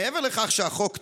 מעבר לכך שהחוק טוב,